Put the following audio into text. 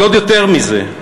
אבל עוד יותר מזה,